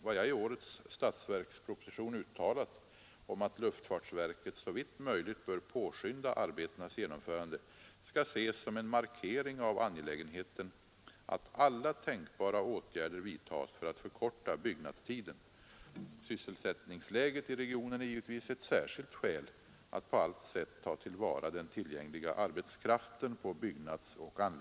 Vad jag i årets statsverksproposition uttalat om att luftfartsverket såvitt möjligt bör påskynda arbetenas genomförande skall ses som en markering av